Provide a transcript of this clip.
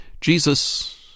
jesus